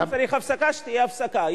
ואם צריך הפסקה שתהיה הפסקה.